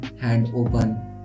hand-open